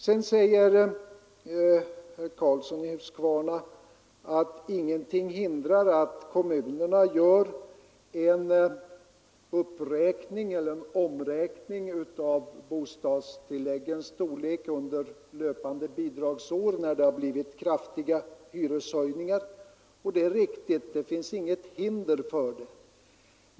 Herr Karlsson i Huskvarna säger att ingenting hindrar kommunerna från att göra en uppräkning eller omräkning av bostadstilläggens storlek under löpande bidragsår när det har blivit kraftiga hyreshöjningar. Det är riktigt att det inte finns något hinder för detta.